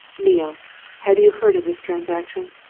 neale have you heard of this transaction?